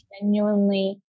genuinely